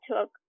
took